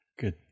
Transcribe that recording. Good